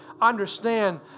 understand